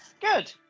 Good